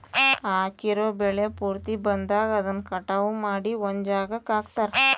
ಹಾಕಿರೋ ಬೆಳೆ ಪೂರ್ತಿ ಬಂದಾಗ ಅದನ್ನ ಕಟಾವು ಮಾಡಿ ಒಂದ್ ಜಾಗಕ್ಕೆ ಹಾಕ್ತಾರೆ